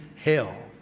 Hell